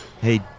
Hey